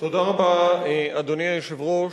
תודה רבה, אדוני היושב-ראש.